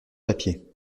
papier